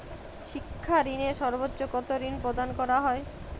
শিক্ষা ঋণে সর্বোচ্চ কতো ঋণ প্রদান করা হয়?